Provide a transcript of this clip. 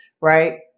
right